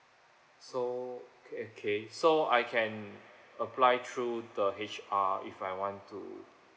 so ka~ okay so I can apply through the H_R if I want to